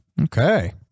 Okay